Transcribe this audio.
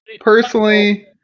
Personally